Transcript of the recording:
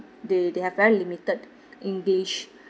they they have very limited english